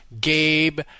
Gabe